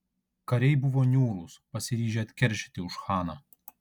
kariai buvo niūrūs pasiryžę atkeršyti už chaną